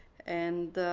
and